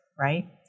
right